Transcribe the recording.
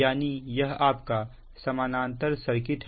यानी यह आपका समानांतर सर्किट है